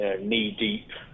knee-deep